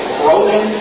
broken